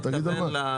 תגיד על מה?